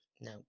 No